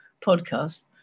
podcast